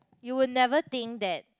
you will never think that